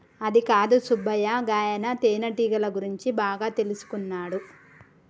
అదికాదు సుబ్బయ్య గాయన తేనెటీగల గురించి బాగా తెల్సుకున్నాడు